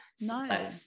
No